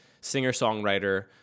singer-songwriter